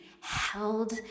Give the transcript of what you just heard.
held